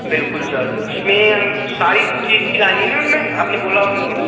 बिलकुल सर उसमें हम सारी चीज़ किलानी ना उनमें आपने बोला उनको